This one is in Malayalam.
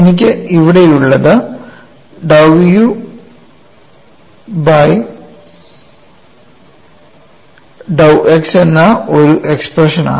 എനിക്ക് ഇവിടെയുള്ളത് dou u by dou x എന്ന ഒരു എക്സ്പ്രഷൻ ആണ്